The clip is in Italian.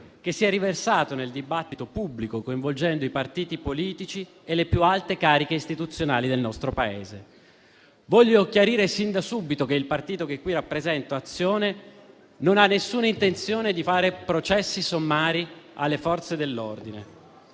che si è riversato nel dibattito pubblico, coinvolgendo i partiti politici e le più alte cariche istituzionali del nostro Paese. Voglio chiarire sin da subito che il partito che qui rappresento, Azione, non ha nessuna intenzione di fare processi sommari alle Forze dell'ordine.